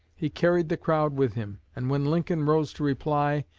he carried the crowd with him and when lincoln rose to reply,